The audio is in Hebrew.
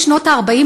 בשנות ה-40,